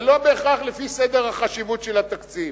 ולא בהכרח לפי סדר החשיבות של התקציב,